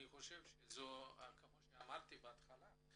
כמו שאמרתי בהתחלה,